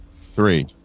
three